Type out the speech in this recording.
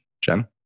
Jen